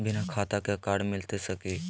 बिना खाता के कार्ड मिलता सकी?